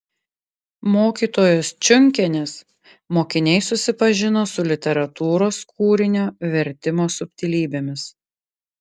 mokytojos čiunkienės mokiniai susipažino su literatūros kūrinio vertimo subtilybėmis